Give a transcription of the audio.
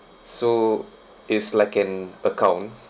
so it's like an account